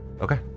Okay